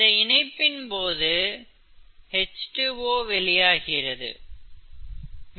இந்த இணைப்பின் போது H2O வெளியேறுகிறது